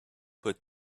put